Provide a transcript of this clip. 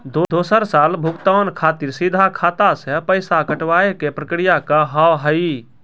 दोसर साल भुगतान खातिर सीधा खाता से पैसा कटवाए के प्रक्रिया का हाव हई?